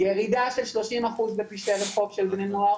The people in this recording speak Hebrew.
ירידה של שלושים אחוז בפשעי רחוב של בני נוער,